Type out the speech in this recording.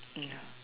ya